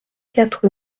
quatre